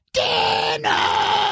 dinner